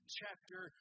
chapter